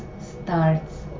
starts